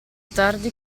tardi